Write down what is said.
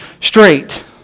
straight